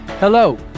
Hello